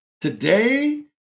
Today